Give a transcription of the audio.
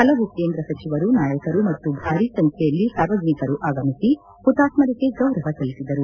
ಹಲವು ಕೇಂದ್ರ ಸಚಿವರು ನಾಯಕರು ಮತ್ತು ಭಾರೀ ಸಂಖ್ಯೆಯಲ್ಲಿ ಸಾರ್ವಜನಿಕರು ಆಗಮಿಸಿ ಹುತಾತ್ತರಿಗೆ ಗೌರವ ಸಲ್ಲಿಸಿದರು